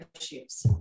issues